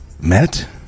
met